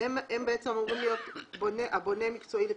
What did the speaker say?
הם בעצם אמורים להיות הבונה המקצועי לפיגומים.